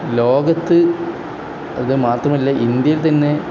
ലോകത്ത് അത് മാത്രമല്ല ഇന്ത്യയിൽ തന്നെ